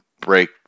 break